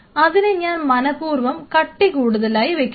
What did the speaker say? അതിനെ ഞാൻ മനപ്പൂർവ്വം കട്ടി കൂടുതലായി വെക്കുന്നു